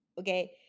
Okay